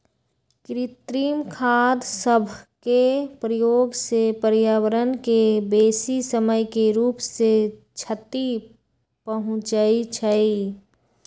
कृत्रिम खाद सभके प्रयोग से पर्यावरण के बेशी समय के रूप से क्षति पहुंचइ छइ